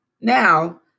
Now